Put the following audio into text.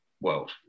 world